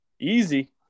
Easy